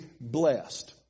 blessed